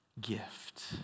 gift